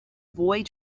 boy